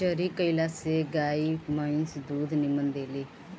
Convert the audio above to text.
चरी कईला से गाई भंईस दूध निमन देली सन